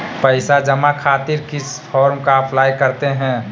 पैसा जमा खातिर किस फॉर्म का अप्लाई करते हैं?